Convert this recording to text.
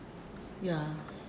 ya